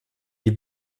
die